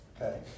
Okay